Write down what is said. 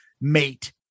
Mate